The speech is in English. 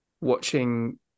watching